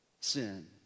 sin